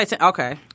Okay